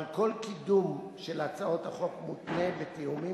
אבל כל קידום של הצעות החוק מותנה בתיאומים